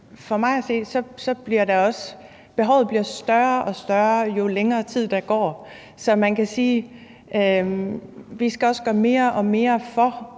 For mig at se bliver behovet større og større, jo længere tid, der går, så man kan sige, at vi også skal gøre mere og mere for